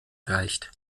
reicht